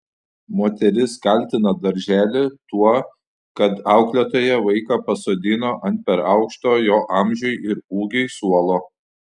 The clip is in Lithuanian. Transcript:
moteris kaltina darželį tuo kad auklėtoja vaiką pasodino ant per aukšto jo amžiui ir ūgiui suolo